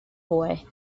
boy